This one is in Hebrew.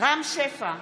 רם שפע,